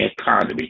economy